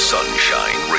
Sunshine